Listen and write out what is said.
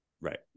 Right